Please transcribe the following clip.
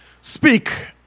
speak